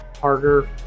harder